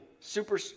super